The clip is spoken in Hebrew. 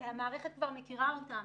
המערכת כבר מכירה אותם,